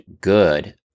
good